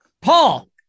Paul